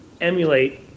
emulate